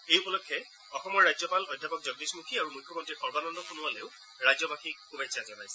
এই উপলক্ষে অসমৰ ৰাজ্যপাল অধ্যাপক জগদীশ মুথী আৰু মুখ্যমন্ত্ৰী সৰ্বানন্দ সোণোৱালেও ৰাজ্যবাসীক শুভেচ্ছা জনাইছে